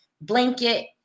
Blanket